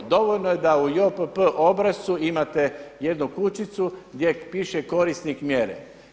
Dovoljno je da u JOPPD obrascu imate jednu kućicu gdje piše korisnik mjere.